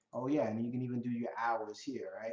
oh yeah, and you can even do your hours here.